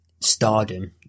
stardom